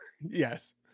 Yes